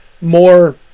more